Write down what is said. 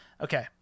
Okay